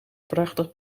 prachtig